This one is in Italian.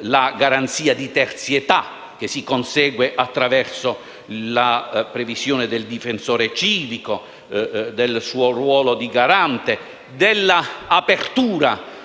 la garanzia di terzietà, che si consegue attraverso la previsione del difensore civico, del suo ruolo di garante, dell'apertura